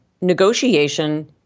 Negotiation